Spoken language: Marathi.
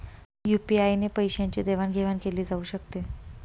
यु.पी.आय ने पैशांची देवाणघेवाण केली जाऊ शकते